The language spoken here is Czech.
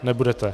Nebudete.